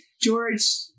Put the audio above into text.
george